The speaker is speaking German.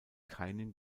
keinen